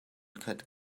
khat